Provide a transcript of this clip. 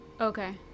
Okay